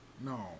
No